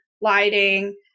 lighting